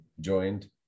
joined